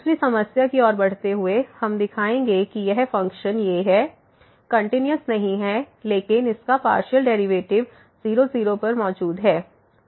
दूसरी समस्या की ओर बढ़ते हुए हम दिखाएंगे कि यह फ़ंक्शन fxyxyx22y2xy≠00 0 कंटिन्यूस नहीं है लेकिन इसका पार्शियल डेरिवेटिव 0 0 पर मौजूद है